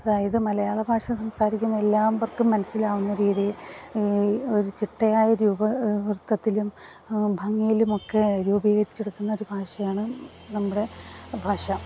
അതായത് മലയാള ഭാഷ സംസാരിക്കുന്ന എല്ലാവർക്കും മനസ്സിലാവുന്ന രീതിയിൽ ഒരു ചിട്ടയായ രൂപം വൃത്തത്തിലും ഭംഗിയിലും ഒക്കെ രൂപീകരിച്ചു എടുക്കുന്ന ഒരു ഭാഷയാണ് നമ്മുടെ ഭാഷ